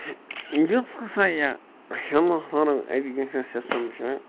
یُس ہسا یہِ ہنٛدوستانُک ایٚجوکیشن سِسٹم چھُ